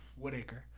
Woodacre